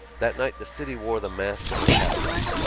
that night the city wore the mask of a capital.